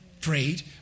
prayed